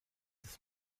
des